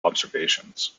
observations